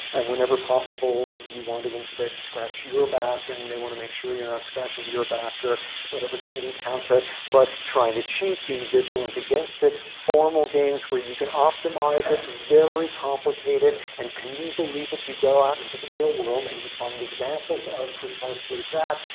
and whenever possible, you want to instead scratch your back, and they want to make sure you're not scratching your back. or whatever cheating counts as. but trying to cheat, being vigilant against it, formal games where you can optimize it, very complicated. and can you believe it, you go out into the real world, and you find examples of precisely that.